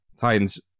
Titans